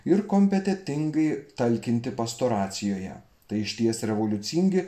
ir kompetentingai talkinti pastoracijoje tai išties revoliucingi